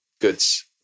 goods